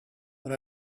but